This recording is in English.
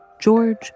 George